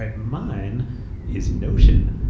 like mine is notion.